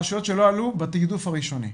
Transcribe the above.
רשויות שלא עלו בתיעדוף הראשוני.